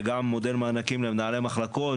וגם מודל מענקים למנהלי המחלקות,